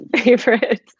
favorite